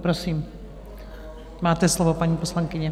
Prosím, máte slovo, paní poslankyně.